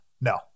No